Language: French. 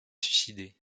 suicidé